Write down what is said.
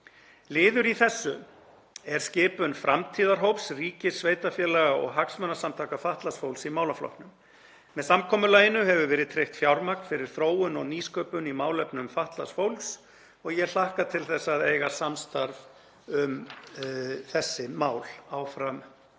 Líður í því er skipun framtíðarhóps ríkis, sveitarfélaga og hagsmunasamtaka fatlaðs fólks í málaflokknum. Með samkomulaginu hefur verið tryggt fjármagn fyrir þróun og nýsköpun í málefnum fatlaðs fólks og ég hlakka til þess að eiga áfram samstarf um þessi mál með